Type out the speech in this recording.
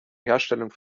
herstellung